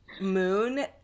moon